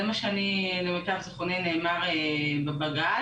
זה מה שלמיטב זכרוני נאמר בבג"ץ.